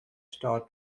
star